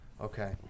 Okay